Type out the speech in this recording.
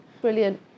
Brilliant